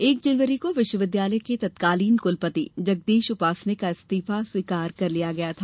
एक जनवरी को विश्वविद्यालय के तत्कालीन कलपति जगदीश उपासने का इस्तीफा स्वीकार कर लिया गया था